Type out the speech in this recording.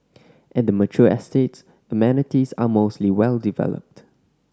at the mature estates amenities are mostly well developed